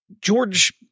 George –